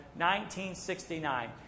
1969